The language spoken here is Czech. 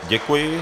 Děkuji.